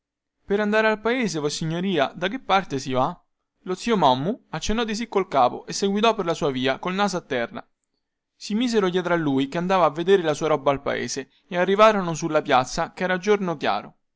per andare al paese vossignoria da che parte si va lo zio mommu accennò di sì col capo e seguitò per la sua via col naso a terra si misero dietro a lui che andava a vendere la sua roba al paese e arrivarono sulla piazza che era giorno chiaro